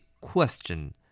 question